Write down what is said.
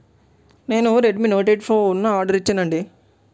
నేను Redmi note eight pro ఉన్న order ఇచ్చాను అండి